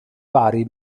vari